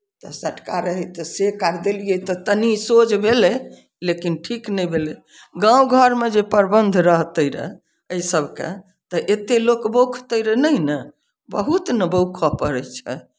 तऽ सटका रहय तऽ सेक आर देलियै तऽ तनि सोझ भेलै लेकिन ठीक नहि भेलै गाँव घरमे जे प्रबन्ध रहतै रहए एहि सभके तऽ एतएक लोक बोखतरि नहि ने बहुत ने बौखय पड़ै छै